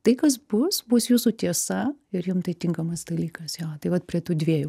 tai kas bus bus jūsų tiesa ir jum tai tinkamas dalykas jo tai vat prie tų dviejų